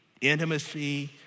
intimacy